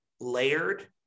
layered